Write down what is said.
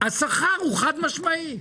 השכר הוא חד משמעי,